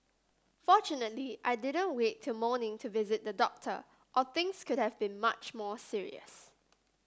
fortunately I didn't wait till morning to visit the doctor or things could have been much more serious